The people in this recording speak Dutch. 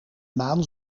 maan